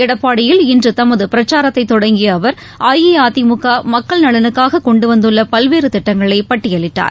எடப்பாடியில் இன்று தமது பிரச்சாரத்தை தொடங்கிய அவர் அஇஅதிமுக மக்கள் நலனுக்காக கொண்டுவந்துள்ள பல்வேறு திட்டங்களை பட்டியலிட்டார்